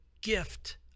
gift